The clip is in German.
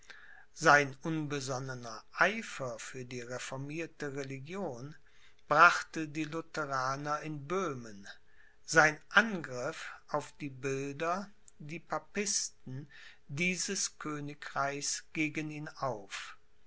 sein unbesonnener eifer für die reformierte religion brachte die lutheraner in böhmen sein angriff auf die bilder die papisten dieses königreichs gegen ihn auf